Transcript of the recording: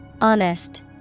Honest